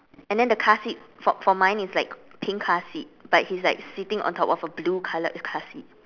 and then the car seat for for mine is like pink car seat but he's like sitting on top of a blue coloured car seat